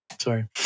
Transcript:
Sorry